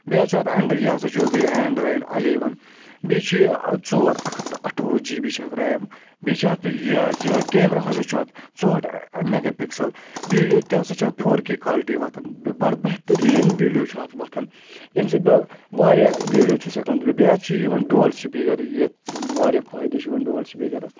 بیٚیہِ حظ چھُ اتھ اؠنٛڈرِ یہِ ہَسا چھُ بیٚیہِ اینڈرایڈ الیوَن بیٚیہِ چھُ یہِ ژور اکھ تہٕ اَٹھووُہ جی بی چھِ اَتھ ریم بیٚیہِ چھِ اَتھ یہِ حظ یہِ کیمرا ہَسا چھُ اَتھ ژُہٲٹھ میگا پِکسَل ویٖڈیو تہِ ہَسا چھُ اَتھ فور کے کالٹی وۄتھان بَڑٕ بہتریٖن ویٖڈیو چھُ اَتھ وۄتھان ییٚمہِ سۭتۍ بہٕ واریاہ ویٖڈیو چھُس ہؠکان تُلِتھ بیٚیہِ حظ چھُ یِوان ڈول سپیٖکَر یَتھ واریاہ فٲیدٕ چھُ یِوان ڈول سپیٖکرَس